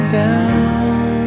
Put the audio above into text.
down